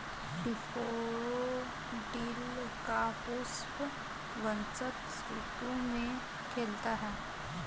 daffodil का पुष्प बसंत ऋतु में खिलता है